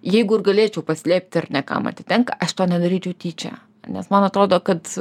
jeigu ir galėčiau paslėpti ar ne kam atitenka aš to nedaryčiau tyčia nes man atrodo kad